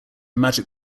magic